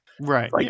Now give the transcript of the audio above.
right